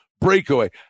breakaway